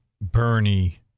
Bernie